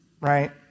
Right